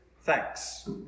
thanks